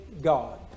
God